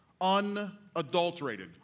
unadulterated